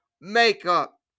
makeup